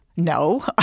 No